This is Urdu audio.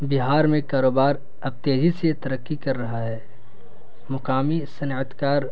بہار میں کاروبار اب تیزی سے ترقی کر رہا ہے مقامی صنعت کار